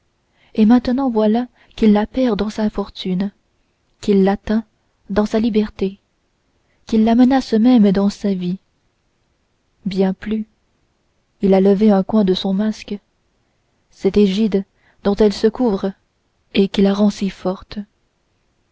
et maintenant voilà qu'il la perd dans sa fortune qu'il l'atteint dans sa liberté qu'il la menace même dans sa vie bien plus il a levé un coin de son masque cette égide dont elle se couvre et qui la rend si forte